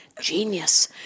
genius